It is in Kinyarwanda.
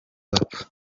bapfa